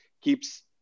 keeps